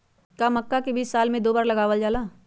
का मक्का के बीज साल में दो बार लगावल जला?